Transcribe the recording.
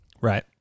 right